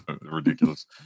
Ridiculous